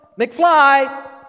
McFly